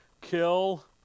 kill